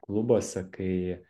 klubuose kai